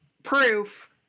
Proof